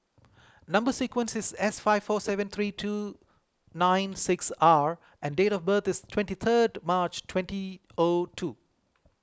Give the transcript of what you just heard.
Number Sequence is S five four seven three two nine six R and date of birth is twenty third March twenty O two